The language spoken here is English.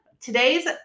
Today's